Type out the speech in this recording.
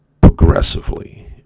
progressively